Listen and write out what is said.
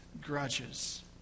grudges